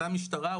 זה המשטרה,